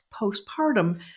postpartum